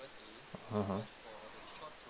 (uh huh)